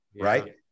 Right